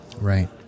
Right